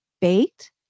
baked